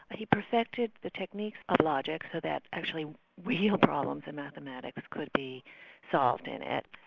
but he perfected the techniques of logic, so that actually real problems in mathematics could be solved in it.